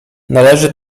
należy